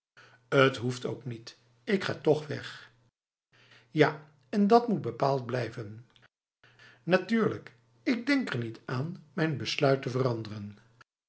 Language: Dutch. het hoeft ook niet ik ga toch weg ja en dat moet bepaald blijven natuurlijk ik denk er niet aan mijn besluit te veranderen